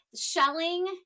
shelling